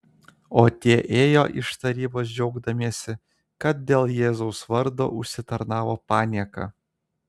o tie ėjo iš tarybos džiaugdamiesi kad dėl jėzaus vardo užsitarnavo panieką